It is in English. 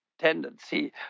tendency